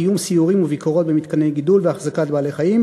קיום סיורים וביקורות במתקני גידול והחזקת בעלי-חיים